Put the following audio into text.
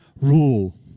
rule